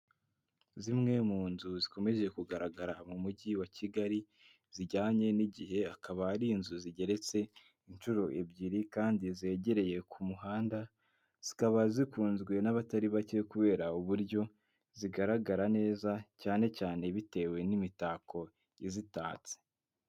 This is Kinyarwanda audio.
Zimwe mu nzu zikomeje kugaragara mu mujyi wa Kigali zijyanye n'igihe, akaba ari inzu zigeretse inshuro ebyiri kandi zegereye ku muhanda, zikaba zikunzwe n'abatari bake kubera uburyo zigaragara neza, cyane cyane bitewe n'imitako izitatse.